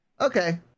okay